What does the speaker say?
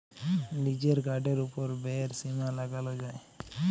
লিজের কার্ডের ওপর ব্যয়ের সীমা লাগাল যায়